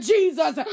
Jesus